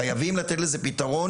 חייבים לתת לזה פתרון,